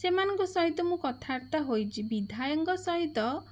ସେମାନଙ୍କ ସହିତ ମୁଁ କଥାବାର୍ତ୍ତା ହୋଇଛି ବିଧାୟକଙ୍କ ସହିତ